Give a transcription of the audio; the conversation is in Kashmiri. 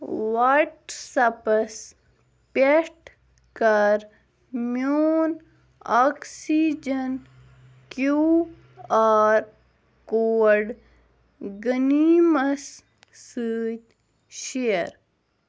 وَٹسپَس پٮ۪ٹھ کَر میون آکسِجَن کیوٗ آر کوڈ غٔنیٖمَس سۭتی شِیَر